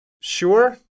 Sure